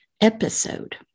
episode